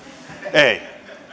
ei